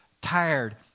tired